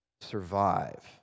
survive